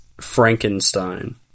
Frankenstein